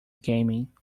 gaming